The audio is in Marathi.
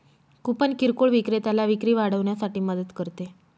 कूपन किरकोळ विक्रेत्याला विक्री वाढवण्यासाठी मदत करते